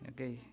Okay